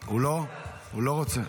--- לא, הוא לא רוצה.